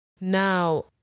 now